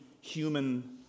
human